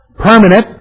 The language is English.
Permanent